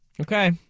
Okay